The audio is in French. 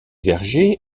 vergers